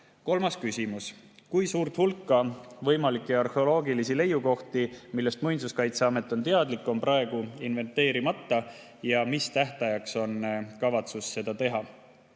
Kolmas küsimus: "Kui suur hulk võimalikke arheoloogilisi leiukohti, millest Muinsuskaitseamet on teadlik, on praegu inventeerimata ja mis tähtajaks seda kavatsetakse teha?"